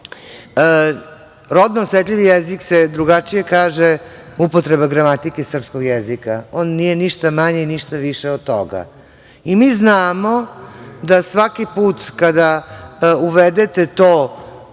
rodno osetljiv jezik se drugačije kaže upotreba gramatike srpskog jezika. On nije ništa manji, ništa više od toga. I mi znamo da svaki put kada uvedete to